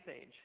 age